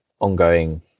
ongoing